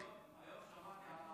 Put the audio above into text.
היום שמעתי על עמותה